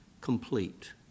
complete